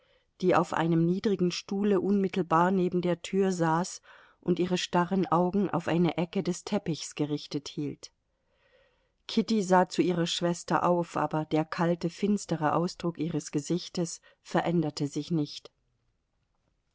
die auf einem niedrigen stuhle unmittelbar neben der tür saß und ihre starren augen auf eine ecke des teppichs gerichtet hielt kitty sah zu ihrer schwester auf aber der kalte finstere ausdruck ihres gesichtes veränderte sich nicht